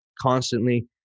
constantly